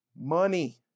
money